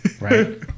right